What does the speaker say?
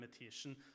imitation